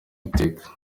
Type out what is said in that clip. iteka